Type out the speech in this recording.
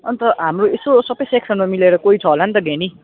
अन्त हाम्रो सो सबै सेक्सनमा मिलेर कोही छ होला नि त ज्ञानी